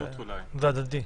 שומע אותי?